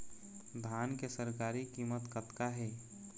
धान के सरकारी कीमत कतका हे?